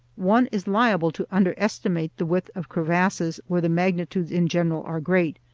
one is liable to underestimate the width of crevasses where the magnitudes in general are great,